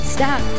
Stop